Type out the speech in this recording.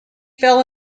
fell